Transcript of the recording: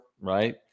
right